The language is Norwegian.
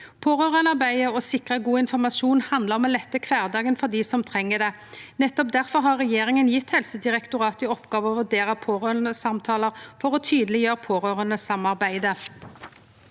Pårørandearbeidet og å sikre god informasjon handlar om å lette kvardagen for dei som treng det. Nettopp difor har regjeringa gjeve Helsedirektoratet i oppgåve å vurdere pårørandesamtalar for å tydeleggjere pårørandesamarbeidet.